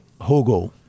Hogo